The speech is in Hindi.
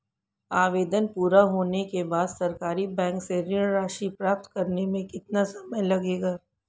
आवेदन पूरा होने के बाद सरकारी बैंक से ऋण राशि प्राप्त करने में कितना समय लगेगा?